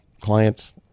clients